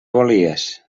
volies